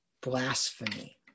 blasphemy